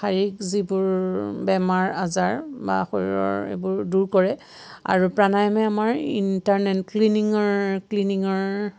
শাৰীৰিক যিবোৰ বেমাৰ আজাৰ বা শৰীৰৰ এইবোৰ দূৰ কৰে আৰু প্ৰাণায়মে আমাৰ ইণ্টাৰনেল ক্লিনিঙৰ ক্লিনিঙৰ